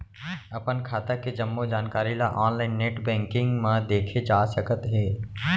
अपन खाता के जम्मो जानकारी ल ऑनलाइन नेट बैंकिंग म देखे जा सकत हे